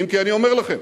אם כי אני אומר לכם: